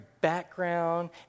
background